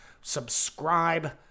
subscribe